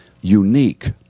unique